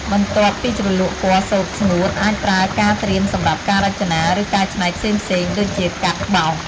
បន្ទាប់ពីជ្រលក់ពណ៌សូត្រស្ងួត អាចប្រើការត្រៀមសម្រាប់ការរចនា ឬកែច្នៃផ្សេងៗដូចជាកាត់ បោស។